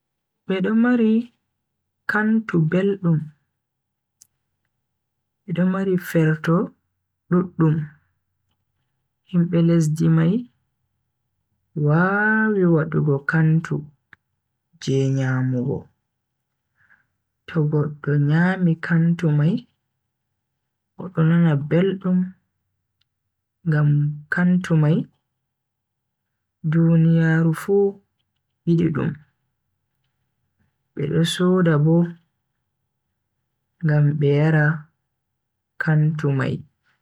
Bedo mari kantu beldum, bedo mari ferto duddum. Himbe lesdi mai wawi wadugo kantu je nyamugo, to goddo nyami kantu mai odo nana beldum ngam kantu mai duniyaaru fu yidi dum be do soda bo ngam be yara kantu mai.